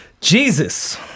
Jesus